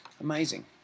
Amazing